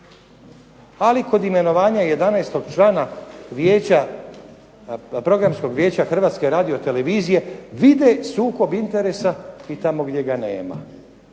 ali kod imenovanja 11. člana Programskog vijeća Hrvatske radio-televizije, vide sukob interesa i tamo gdje ga nema.